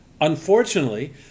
Unfortunately